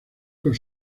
con